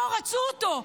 לא רצו אותו.